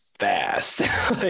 fast